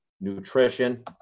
nutrition